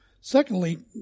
Secondly